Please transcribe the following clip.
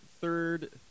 third